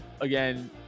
Again